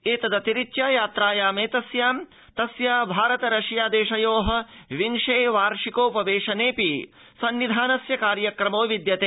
एतदतिरिच्य यात्रायामेतस्यां तस्य भारत रशिया देशयो विशे वार्षिकोपवेशनेऽपि सन्निधानस्य कार्यक्रमो विद्यते